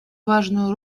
важную